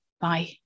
Bye